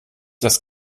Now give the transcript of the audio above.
das